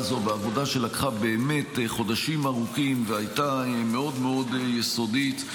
הזו בעבודה שלקחה באמת חודשים ארוכים והייתה מאוד מאוד יסודית,